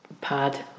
pad